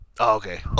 Okay